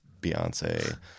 beyonce